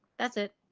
that's it.